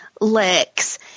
Lex